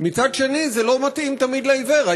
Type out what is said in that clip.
ומצד שני זה לא מתאים תמיד לעיוור.